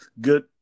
good